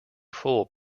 full